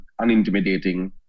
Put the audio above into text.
unintimidating